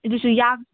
ꯑꯗꯨꯁꯨ